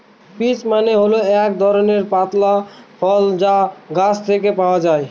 peach মানে হল এক ধরনের পাতলা ফল যা গাছ থেকে পাওয়া যায়